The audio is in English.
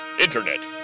Internet